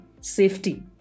safety